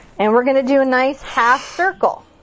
and we're gonna do a nice half circle.